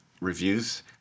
reviews